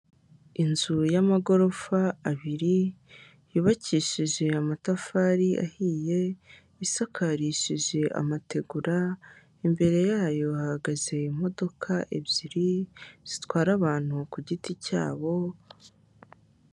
Inzu y'amagorofa abiri yubakishije amatafari ahiye, isakarishije amategura imbere yayo hagaze imodoka ebyiri zitwara abantu ku giti cyabo.